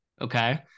Okay